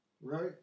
Right